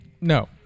No